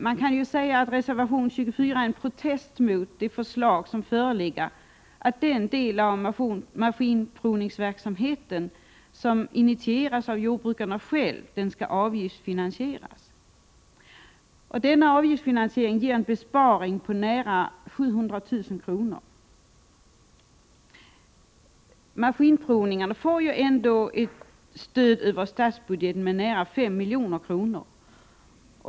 Man kan säga att reservation 24 är en protest mot föreliggande förslag att den del av maskinprovningsverksamheten som initieras av jordbrukarna själva skall avgiftsfinansieras. Den föreslagna avgiftsfinansieringen ger en besparing på nära 700 000 kr. Maskinprovningarna får ändå ett stöd över statsbudgeten med nära 5 milj.kr.